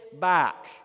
back